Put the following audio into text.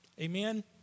Amen